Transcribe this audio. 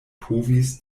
povis